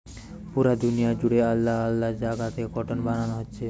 পুরা দুনিয়া জুড়ে আলাদা আলাদা জাগাতে কটন বানানা হচ্ছে